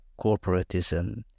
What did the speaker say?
corporatism